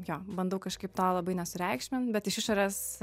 jo bandau kažkaip to labai nesureikšmint bet iš išorės